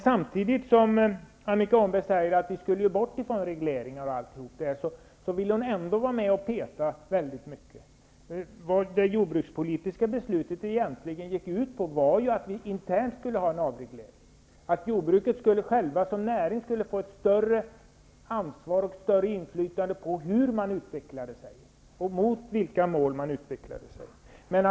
Samtidigt som Annika Åhnberg säger att vi skall bort från regleringar vill hon ändå vara med och peta mycket. Det jordbrukspolitiska beslutet gick ut på att vi internt skulle ha en avreglering och att jordbruket som näring skulle få ett större ansvar och ett större inflytande på utvecklingen och utifrån vilka mål utvecklingen sker.